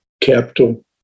capital